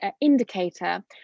indicator